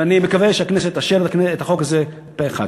ואני מקווה שהכנסת תאשר את החוק הזה פה אחד.